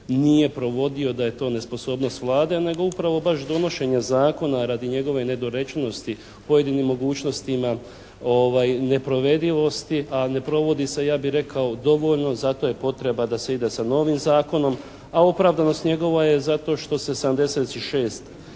nije provodio, da je to nesposobnost Vlade, nego upravo baš donošenje zakona radi njegove nedorečenosti u pojedinim mogućnostima neprovedivosti, a ne provodi se, ja bi rekao, dovoljno zato je potreba da se ide sa novim zakonom. A opravdanost njegova je zato što se 76